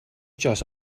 just